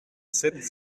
sept